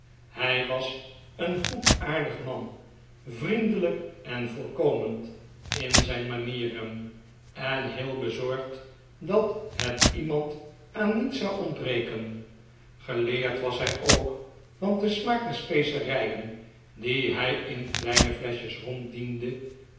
hij was een goedaardig man vriendelijk en voorkomend in zijn manieren en heel bezorgd dat het iemand aan niets zou ontbreken geleerd was hij ook want den smaak der specerijen die hij in kleine fleschjes